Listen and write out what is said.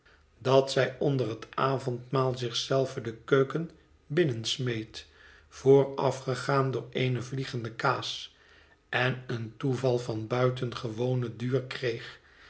dat zij onder het avondmaal zich zelve de keuken binnensmeet voorafgegaan door eene vliegende kaas on een toeval van buitengewonen duur kreeg